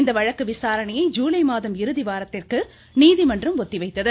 இந்த வழக்கு விசாரணையை ஜுலை மாதம் இறுதி வாரத்திற்கு நீதிமன்றம் ஒத்திவைத்தது